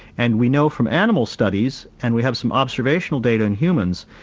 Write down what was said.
and we know from animal studies, and we have some observational data in humans,